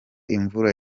imvura